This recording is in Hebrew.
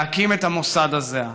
להקים את המוסד הזה.